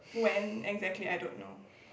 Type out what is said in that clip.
when exactly I don't know